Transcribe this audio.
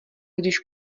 když